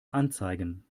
anzeigen